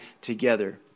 together